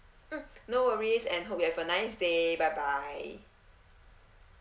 mm no worries and hope you have a nice day bye bye